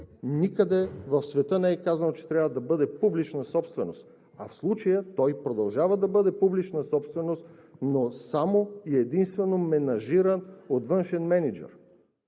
никъде в света не е казано, че трябва да бъде публична собственост, а в случая той продължава да бъде публична собственост, но само и единствено менажиран от външен мениджър.